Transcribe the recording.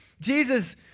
Jesus